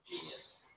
Genius